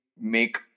make